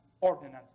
ordinance